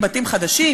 בתים חדשים,